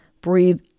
Breathe